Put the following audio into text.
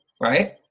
Right